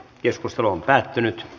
keskustelu päättyi